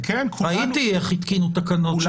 ראיתי איך התקינו תקנות של סדרי דין.